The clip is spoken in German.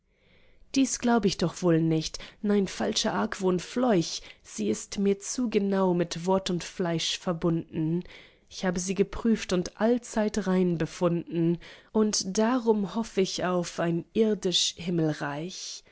dies glaub ich doch wohl nicht nein falscher argwohn fleuch sie ist mir zu genau mit wort und fleisch verbunden ich habe sie geprüft und allzeit rein befunden und darum hoff ich auch ein irdisch himmelreich